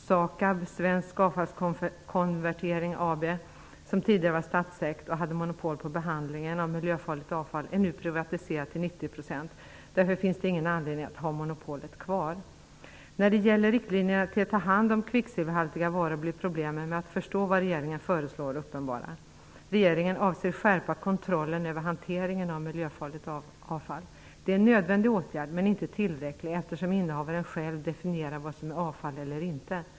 SAKAB, Svensk Avfallskonvertering AB, som tidigare var statsägt och hade monopol på behandlingen av miljöfarligt avfall, är nu privatiserat till 90 %. Därför finns det ingen anledning att ha monoplet kvar. När det gäller riktlinjerna för att ta hand om kvicksilverhaltiga varor blir problemen med att förstå vad regeringen föreslår uppenbara. Regeringen avser skärpa kontrollen över hanteringen av miljöfarligt avfall. Det är en nödvändig åtgärd, men den är inte tillräcklig eftersom innehavaren själv definierar vad som är avfall eller inte.